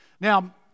Now